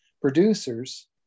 producers